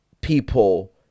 people